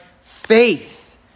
faith